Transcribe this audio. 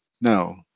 no